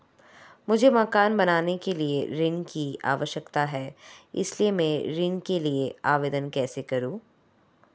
मुझे मकान बनाने के लिए ऋण की आवश्यकता है इसलिए मैं ऋण के लिए आवेदन कैसे करूं?